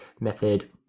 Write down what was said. Method